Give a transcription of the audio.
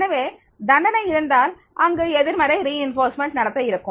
எனவே தண்டனை இருந்தால் அங்கு எதிர்மறை வலுவூட்டல் நடத்தை இருக்கும்